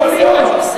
יכול להיות.